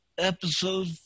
episode